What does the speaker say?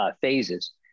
phases